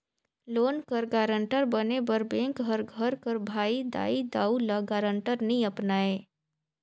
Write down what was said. loan कर guarantor बने बर बेंक हर घर कर भाई, दाई, दाऊ, ल गारंटर नी अपनाए